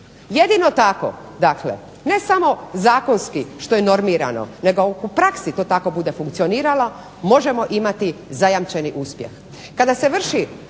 Jedino tako dakle, ne samo zakonski što je formirano nego ako u praksi to tako bude funkcioniralo možemo imati zajamčeni uspjeh.